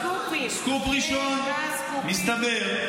סקופ ראשון: מסתבר,